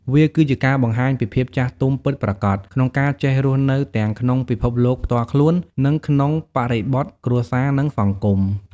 វាគឺជាការបង្ហាញពីភាពចាស់ទុំពិតប្រាកដ ក្នុងការចេះរស់នៅទាំងក្នុងពិភពលោកផ្ទាល់ខ្លួន និងក្នុងបរិបទគ្រួសារ និងសង្គម។